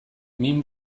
min